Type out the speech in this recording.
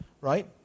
Right